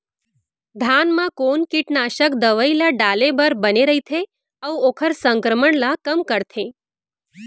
धान म कोन कीटनाशक दवई ल डाले बर बने रइथे, अऊ ओखर संक्रमण ल कम करथें?